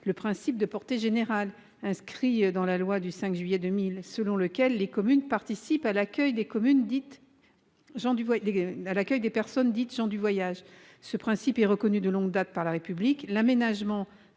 le principe de portée générale inscrit dans la loi du 5 juillet 2000, selon lequel « les communes participent à l'accueil des personnes dites gens du voyage ». Ce principe est reconnu de longue date par la République et l'aménagement